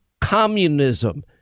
communism